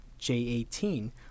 J18